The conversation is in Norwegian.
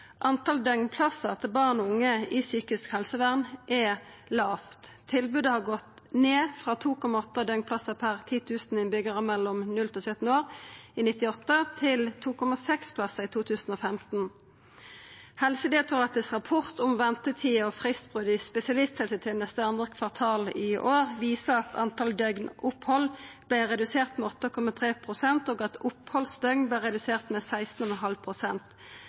døgnplassar til barn og unge i psykisk helsevern er lågt. Tilbodet har gått ned frå 2,8 døgnplassar per 10 000 innbyggjarar mellom 0 og 17 år i 1998 til 2,6 plassar i 2015. Helsedirektoratets rapport om ventetider og fristbrot i spesialisthelsetenesta frå andre kvartal i år viser at talet på døgnopphald vart redusert med 8,3 pst., og at